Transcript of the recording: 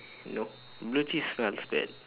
no blue cheese smells bad